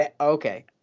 okay